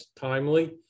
timely